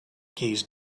keys